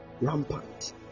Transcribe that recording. rampant